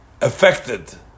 affected